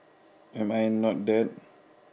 am I not that